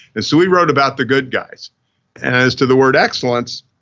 and so we wrote about the good guys. and as to the word excellence,